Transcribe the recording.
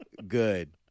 Good